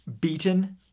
beaten